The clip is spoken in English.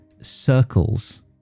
circles